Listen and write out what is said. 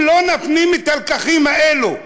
אם לא נפנים את הלקחים האלה,